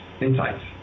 insights